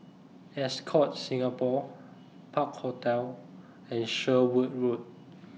Ascott Singapore Park Hotel and Sherwood Road